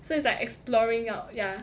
so it's like exploring out yeah